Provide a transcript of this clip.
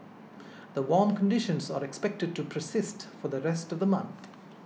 the warm conditions are expected to persist for the rest of the month